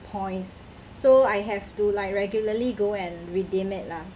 points so I have to like regularly go and redeem it lah